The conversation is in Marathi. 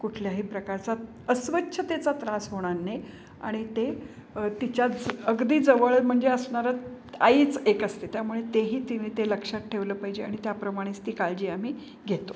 कुठल्याही प्रकारचा अस्वच्छतेचा त्रास होणार नाही आणि ते तिच्या ज अगदी जवळ म्हणजे असणारं आईच एक असते त्यामुळे तेही तिने ते लक्षात ठेवलं पाहिजे आणि त्याप्रमाणेच ती काळजी आम्ही घेतो